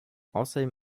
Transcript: außerdem